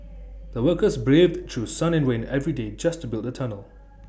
the workers braved through sun and rain every day just to build the tunnel